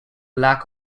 lack